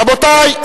רבותי,